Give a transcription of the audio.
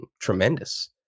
tremendous